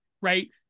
right